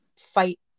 fight